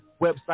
website